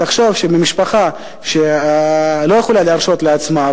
תחשוב שמשפחה שלא יכולה להרשות לעצמה,